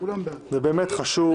זה באמת חשוב,